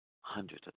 hundreds